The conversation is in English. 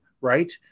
right